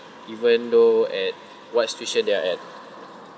even though at what situation they are at